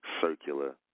circular